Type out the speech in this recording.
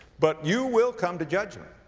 but you will come to judgment.